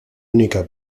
única